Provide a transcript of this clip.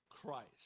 Christ